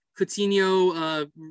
Coutinho